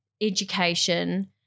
education